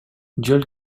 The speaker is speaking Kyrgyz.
жол